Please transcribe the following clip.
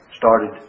started